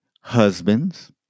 husbands